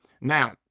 Now